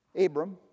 Abram